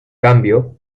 cambio